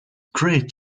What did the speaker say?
great